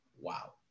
Wow